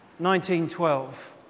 1912